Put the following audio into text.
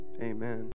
amen